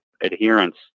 adherence